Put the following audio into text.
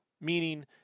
Meaning